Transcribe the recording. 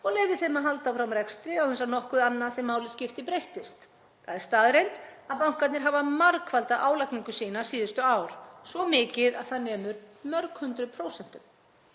og leyfði þeim að halda áfram rekstri án þess að nokkuð annað sem máli skipti breyttist. Það er staðreynd að bankarnir hafa margfaldað álagningu sína síðustu ár, svo mikið að það nemur mörg hundruð prósentum.